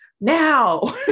now